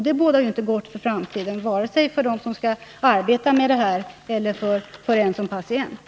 Det bådar ju inte gott för framtiden vare sig för dem som skall arbeta i sjukvården eller för den som är patient.